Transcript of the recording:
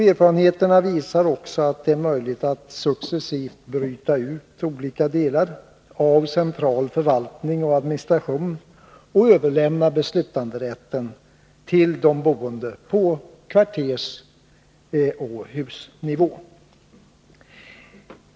Erfarenheterna visar också att det är möjligt att successivt bryta ut olika delar av central förvaltning och administration och överlämna beslutanderätten till de boende på kvartersoch husnivå.